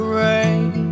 rain